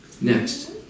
Next